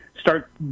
start